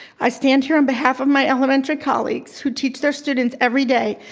i stand here on behalf of my elementary colleagues who teach their students every day,